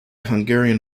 hungarian